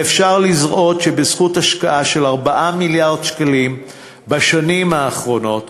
ואפשר לראות שבזכות השקעה של 4 מיליארד שקלים בשנים האחרונות,